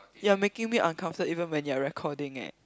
you're making me uncomfortable even when you're recording eh